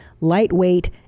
lightweight